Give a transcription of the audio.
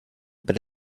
but